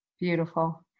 Beautiful